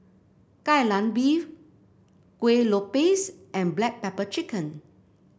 Kai Lan Beef Kuih Lopes and Black Pepper Chicken